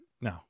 No